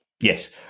Yes